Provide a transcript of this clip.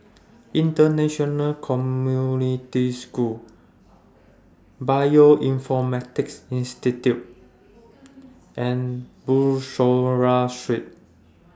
International Community School Bioinformatics Institute and Bussorah Street